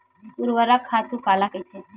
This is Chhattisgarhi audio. ऊर्वरक खातु काला कहिथे?